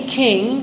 king